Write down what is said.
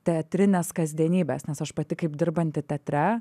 teatrinės kasdienybės nes aš pati kaip dirbanti teatre